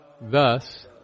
Thus